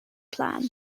plan